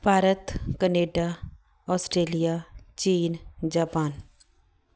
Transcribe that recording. Bharat Canada Australia ਚੀਨ Japan